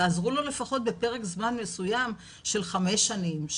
תעזרו לו לפחות בפרק זמן מסוים של חמש שנים,